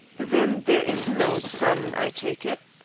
then there is no son, i take it.